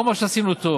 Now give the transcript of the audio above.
כל מה שעשינו טוב.